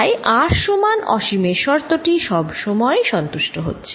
তাই r সমান অসীমের শর্ত টি সব সময়েই সন্তুষ্ট হচ্ছে